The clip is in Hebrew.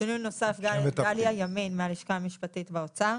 גליה ימין מהלשכה המשפטית באוצר.